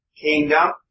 kingdom